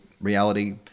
reality